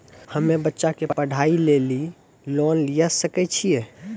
हम्मे बच्चा के पढ़ाई लेली लोन लिये सकय छियै?